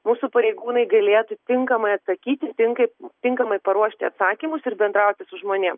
mūsų pareigūnai galėtų tinkamai atsakyti tinkai tinkamai paruošti atsakymus ir bendrauti su žmonėm